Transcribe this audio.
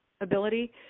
ability